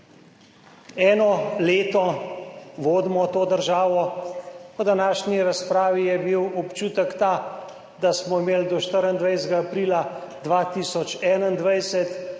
Eno leto vodimo to državo, po današnji razpravi je bil občutek ta, da smo imeli do 24. aprila 2021,